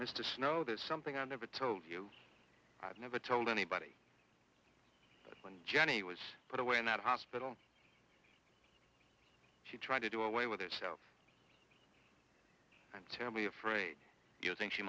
mr snow there's something i never told you i've never told anybody when jenny was put away in that hospital she tried to do away with it so i'm terribly afraid you think she